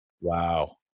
Wow